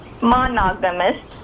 monogamous